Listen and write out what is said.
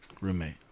roommate